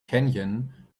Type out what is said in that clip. canyon